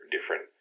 different